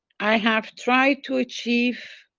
i have tried to achieve